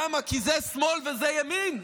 למה, כי זה שמאל וזה ימין?